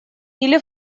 или